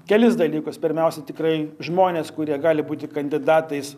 kelis dalykus pirmiausia tikrai žmones kurie gali būti kandidatais